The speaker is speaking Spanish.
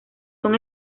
son